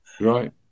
Right